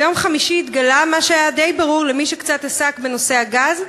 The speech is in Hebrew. ביום חמישי התגלה מה שהיה די ברור למי שקצת עסק בנושא הגז: